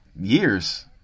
Years